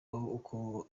uko